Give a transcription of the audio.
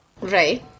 Right